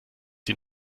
sie